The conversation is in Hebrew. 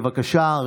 בבקשה.